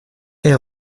elle